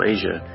Asia